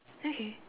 okay